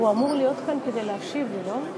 הוא אמור להיות כאן כדי להשיב לי, לא?